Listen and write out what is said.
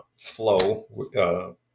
flow